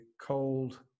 cold